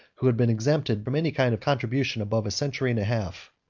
who had been exempted from any kind of contribution above a century and a half.